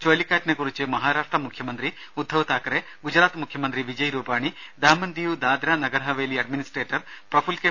ചുഴലിക്കാറ്റിനെ കുറിച്ച് മഹാരാഷ്ട്ര മുഖ്യമന്ത്രി ഉദ്ധവ് താക്കറെ ഗുജറാത്ത് മുഖ്യമന്ത്രി വിജയ് രൂപാണി ദാമൻ ദിയു ദാദ്ര നഗർഹവേലി അഡ്മിനിസ്ട്രേറ്റർ പ്രഫുൽ കെ